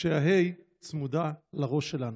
כשהה"א צמודה לראש שלנו.